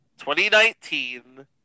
2019